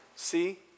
See